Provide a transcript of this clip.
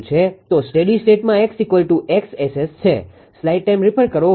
તો સ્ટેડી સ્ટેટમાં 𝑋𝑆𝑆 છે